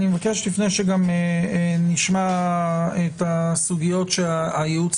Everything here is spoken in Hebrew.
לפני שנשמע את הסוגיות שהייעוץ